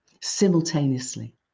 simultaneously